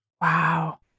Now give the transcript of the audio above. Wow